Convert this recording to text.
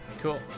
cool